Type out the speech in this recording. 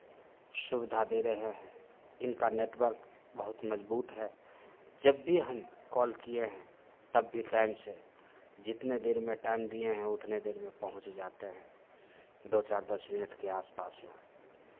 सुविधा दे रहे हैं इनका नेटवर्क बहुत मज़बूत है जब भी हम कॉल किए हैं तब भी टाइम से जितने देर में टाइम दिए हैं उतने देर में पहुँच जाते हैं दो चार दस मिनट के आस पास में